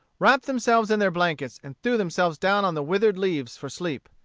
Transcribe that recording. wrapped themselves in their blankets and threw themselves down on the withered leaves for sleep.